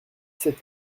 sept